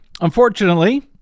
Unfortunately